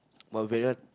well very hard